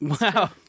Wow